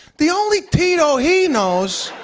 the only tito he knows